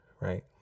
right